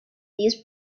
these